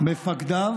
מפקדיו